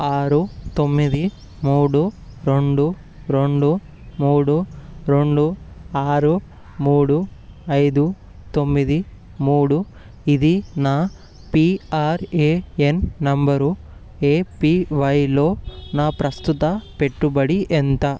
ఆరు తొమ్మిది మూడు రెండు రెండు మూడు రెండు ఆరు మూడు ఐదు తొమ్మిది మూడు ఇది నా పిఆర్ఏఎన్ నంబర్ ఏపీవైలో నా ప్రస్తుత పెట్టుబడి ఎంత